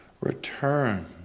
return